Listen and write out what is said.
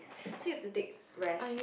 so he have to take rest